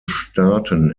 staaten